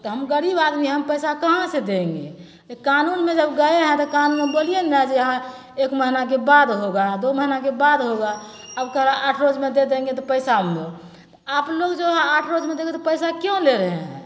तऽ हम गरीब आदमी हम पैसा कहाँ से देंगे कानून में जब गए हैं तब कानून में बोलिए ने जर हँ एक महीना के बाद होगा दो महीना के बाद होगा अब कहते हैं थोड़ा आठ रोज में दे देंगे तो पैसा लाओ आपलोग जो हैं आठ रोज में देंगे तो पैसा क्यों ले रहे हैं